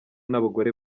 n’abagore